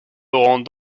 laurent